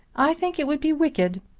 i think it would be wicked.